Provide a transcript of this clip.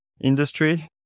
industry